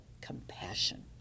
compassion